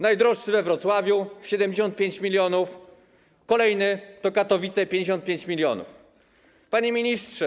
Najdroższy we Wrocławiu - 75 mln. Kolejny to Katowice - 55 mln. Panie Ministrze!